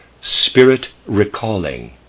spirit-recalling